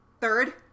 Third